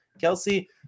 Kelsey